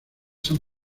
san